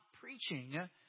preaching